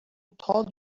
told